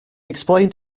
explained